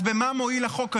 אז במה מועיל החוק הזה?